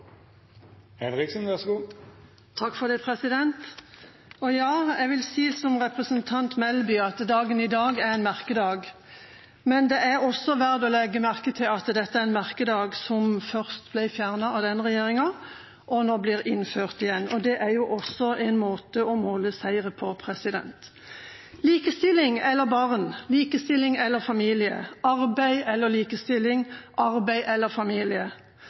en merkedag. Men det er også verdt å legge merke til at dette er en merkedag som først ble fjernet av denne regjeringa, og nå blir innført igjen. Det er også en måte å måle seire på. Likestilling eller barn, likestilling eller familie, arbeid eller likestilling, arbeid eller familie: